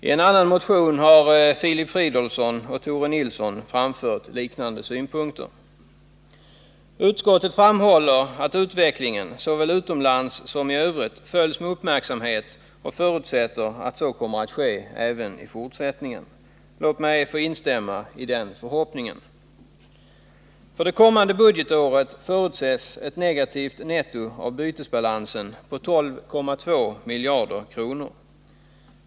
I en annan motion har Filip Fridolfsson och Tore Nilsson framfört liknande synpunkter. Utskottet framhåller att utvecklingen, såväl utomlands som i övrigt, följs med uppmärksamhet och förutsätter att så kommer att ske även i fortsättningen. Låt mig få instämma i den förhoppningen. För det kommande budgetåret förutses ett negativt netto av bytesbalansen på 12,2 miljarder kronor.